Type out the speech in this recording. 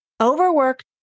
overworked